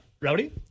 Rowdy